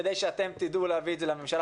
כדי שאתם תדעו להביא את זה לממשלה